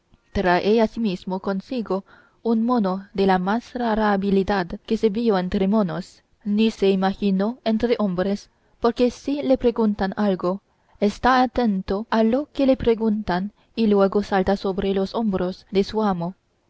asimismo consigo un mono de la más rara habilidad que se vio entre monos ni se imaginó entre hombres porque si le preguntan algo está atento a lo que le preguntan y luego salta sobre los hombros de su amo